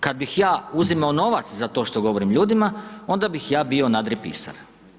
Kada bih ja uzimao novac za to što govorim ljudima, onda bih ja bio nadripisar.